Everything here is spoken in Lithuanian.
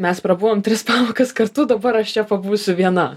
mes prabuvom tris pamokas kartu dabar aš čia pabūsiu viena